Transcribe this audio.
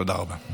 תודה רבה.